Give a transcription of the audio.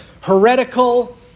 heretical